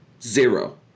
Zero